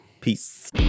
Peace